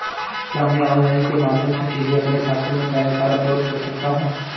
क्या मैं ऑनलाइन के माध्यम से सीधे अपने खाते में पैन कार्ड अपलोड कर सकता हूँ?